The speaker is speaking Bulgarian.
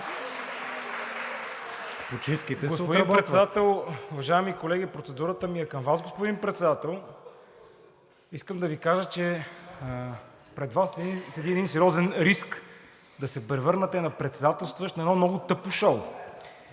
НЕНКОВ (ГЕРБ-СДС): Господин Председател, уважаеми колеги! Процедурата ми е към Вас, господин Председател. Искам да Ви кажа, че пред Вас седи един сериозен риск да се превърнете на председателстващ на едно много тъпо шоу.